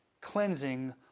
cleansing